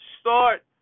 start